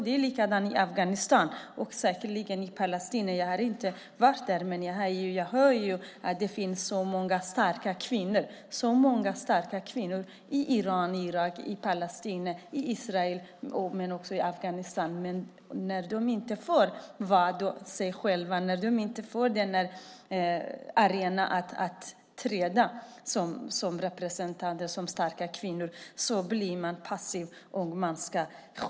Det är likadant i Afghanistan och säkerligen också i Palestina. Där har jag inte varit, men jag hör ju att det finns så många starka kvinnor i Iran, Irak, Palestina, Israel och även i Afghanistan. Men när de inte får vara sig själva och inte får någon arena att träda fram på som representanter för starka kvinnor blir de passiva och ska skyddas.